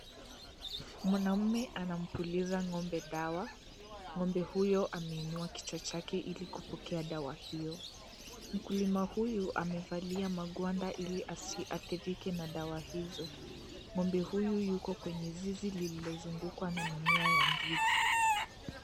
Mwanamme anampuliza ng'ombe dawa. Ng'ombe huyo ameinua kichwa chake ili kupokwa dawa iyo. Mkulima huyu amevalia magwanda ili asiathirike na dawa hizo. Ng'ombe huyu yuko kwenye zizi lililozungukwa na mimea ya ndizi.